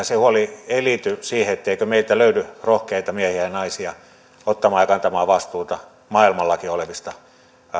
se huoli ei liity siihen etteikö meiltä löydy rohkeita miehiä ja naisia ottamaan ja kantamaan vastuuta maailmallakin olevista